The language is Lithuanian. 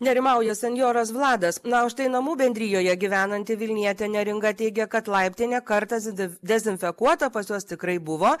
nerimauja senjoras vladas na o štai namų bendrijoje gyvenanti vilnietė neringa teigia kad laiptinė kartą dezinfekuota pas juos tikrai buvo